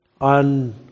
on